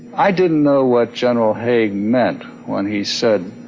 i didn't know what general haig meant when he said